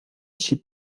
schrieb